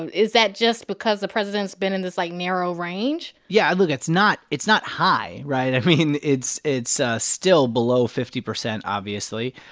and is that just because the president's been in this, like, narrow range? yeah. look it's not it's not high, right? i mean, it's it's still below fifty percent, obviously.